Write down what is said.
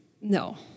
No